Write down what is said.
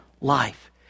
life